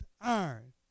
iron